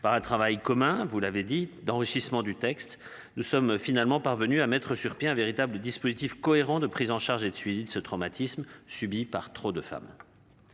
par un travail commun. Vous l'avez dit d'enrichissement du texte. Nous sommes finalement parvenus à mettre sur pied un véritable dispositif cohérent de prise en charge et de suivi de ce traumatisme subi par trop de femmes.